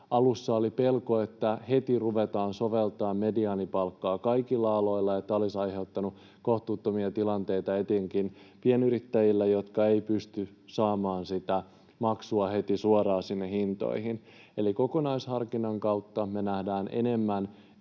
Alussa oli pelko, että heti ruvetaan soveltamaan mediaanipalkkaa kaikilla aloilla. Tämä olisi aiheuttanut kohtuuttomia tilanteita etenkin pienyrittäjille, jotka eivät pysty saamaan sitä maksua heti suoraan sinne hintoihin. Eli kokonaisharkinnan kautta me nähdään enemmän